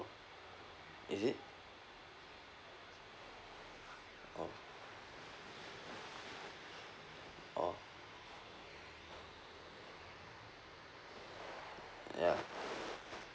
is it orh orh ya